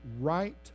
right